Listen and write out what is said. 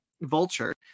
vulture